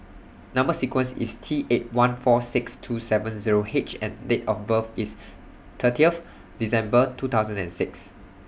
Number sequence IS T eight one four six two seven Zero H and Date of birth IS thirty of December two thousand and six